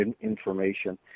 information